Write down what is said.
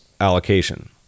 allocation